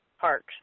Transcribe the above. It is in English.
parks